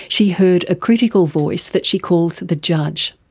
she heard a critical voice that she calls the judge,